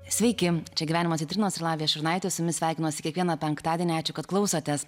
sveiki čia gyvenimo citrinos ir lavija šurnaitė su jumis sveikinasi kiekvieną penktadienį ačiū kad klausotės